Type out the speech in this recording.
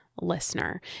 listener